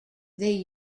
they